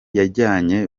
yajyanye